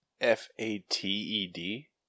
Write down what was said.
F-A-T-E-D